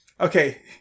Okay